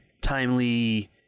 Timely